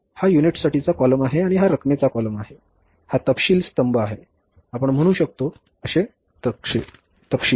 हा युनिट्ससाठी कॉलम आहे आणि हा रकमेचा कॉलम आहे हा तपशील स्तंभ आहे आपण म्हणू शकता असे तपशील